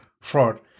fraud